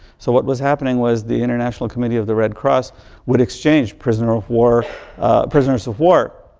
so, what was happening was the international committee of the red cross would exchange prisoner of war prisoners of war.